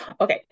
okay